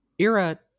Ira